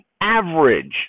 average